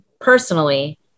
personally